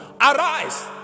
arise